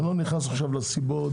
אני לא נכנס עכשיו לסיבות.